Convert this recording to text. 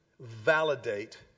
validate